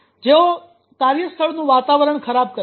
જેઓ કામકાર્યસ્થળનું વાતાવરણ ખરાબ કરે છે